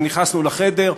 כשנכנסנו לחדר,